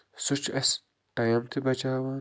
سُہ چھِ اسہِ ٹایِم تہِ بچاوان